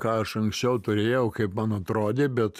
ką aš anksčiau turėjau kaip man atrodė bet